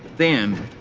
then,